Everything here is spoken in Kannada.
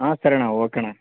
ಹಾಂ ಸರಿ ಅಣ್ಣ ಓಕೆ ಅಣ್ಣ